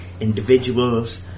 individuals